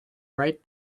right